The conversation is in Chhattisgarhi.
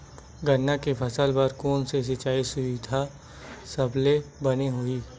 गन्ना के फसल बर कोन से सिचाई सुविधा सबले बने होही?